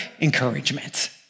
encouragement